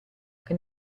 che